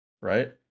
right